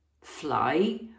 fly